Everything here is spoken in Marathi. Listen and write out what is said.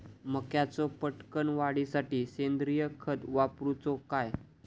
मक्याचो पटकन वाढीसाठी सेंद्रिय खत वापरूचो काय?